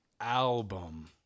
album